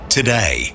today